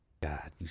God